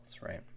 right